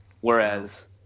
Whereas